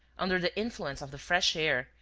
under the influence of the fresh air,